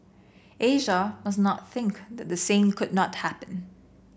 Asia must not think that the same could not happen